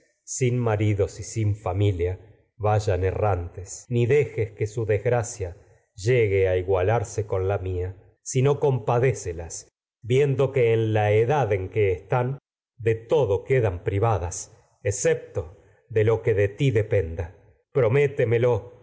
sin maridos y sin familia vayan errantes su ni dejes sino desgracia llegue a igualarse con la mía compadécelas viendo que en todo la edad en que están de quedan privadas excepto de lo que de oh oh ti dependa tu mano prométemelo